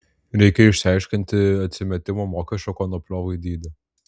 reikia išsiaiškinti atsimetimo mokesčio konopliovui dydį